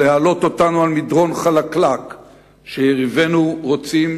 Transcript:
ולהעלות אותנו על מדרון חלקלק שיריבינו רוצים